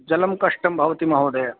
जलं कष्टं भवति महोदय